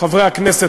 חברי הכנסת.